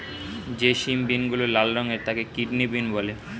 যে সিম বিনগুলো লাল রঙের তাকে কিডনি বিন বলে